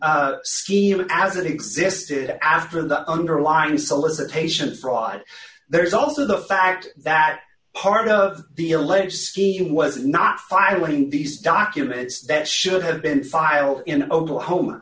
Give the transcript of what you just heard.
scheme as it existed after the underlying solicitation fraud there's also the fact that part of the alleged scheme was not filing these documents that should have been filed in oklahoma